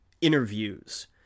interviews